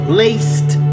laced